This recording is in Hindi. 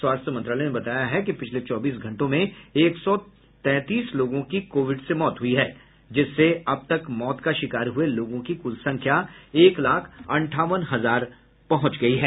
स्वास्थ्य मंत्रालय ने बताया है कि पिछले चौबीस घंटों में एक सौ तैंतीस लोगों की कोविड से मौत हुई है जिससे अब तक मौत का शिकार हुए लोगों की कुल संख्या एक लाख अंठावन हजार पहुंच गयी है